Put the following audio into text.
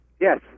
Yes